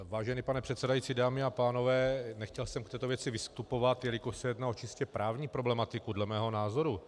Vážený pane předsedající, dámy a pánové, nechtěl jsem v této věci vystupovat, jelikož se jednalo o čistě právní problematiku dle mého názoru.